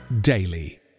daily